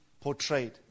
portrayed